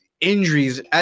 injuries